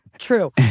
true